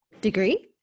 degree